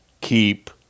keep